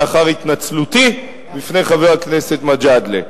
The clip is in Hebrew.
לאחר התנצלותי בפני חבר הכנסת מג'אדלה.